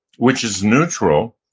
which is neutral,